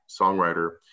songwriter